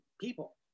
people